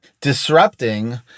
disrupting